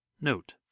note